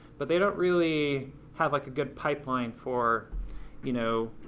but they don't really have like a good pipeline for you know